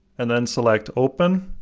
and then select, open.